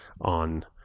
on